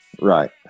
Right